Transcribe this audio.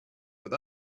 but